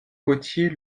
côtier